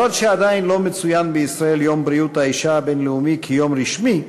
עדיין לא מצוין בישראל יום בריאות האישה הבין-לאומי כיום רשמי,